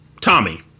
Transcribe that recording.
Tommy